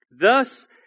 Thus